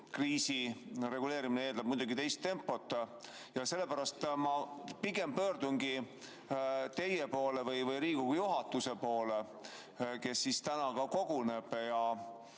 Kriisireguleerimine eeldab muidugi teist tempot. Sellepärast ma pigem pöördungi teie poole või Riigikogu juhatuse poole, kes samuti täna koguneb ja